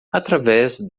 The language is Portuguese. através